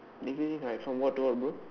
really like from what to what bro